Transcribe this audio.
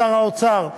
שר האוצר,